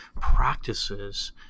practices